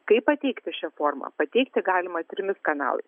kaip pateikti šią formą pateikti galima trimis kanalais